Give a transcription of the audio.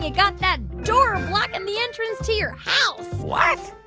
got that door blocking the entrance to your house what?